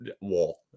Wall